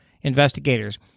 investigators